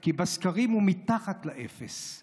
כי בסקרים הוא מתחת לאפס,